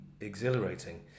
exhilarating